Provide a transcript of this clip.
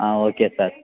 ah okay sir